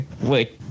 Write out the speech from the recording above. Wait